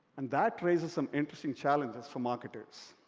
and that raises some interesting challenges for marketers.